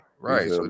Right